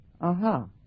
aha